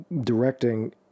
directing